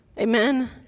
Amen